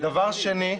דבר שני,